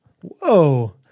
Whoa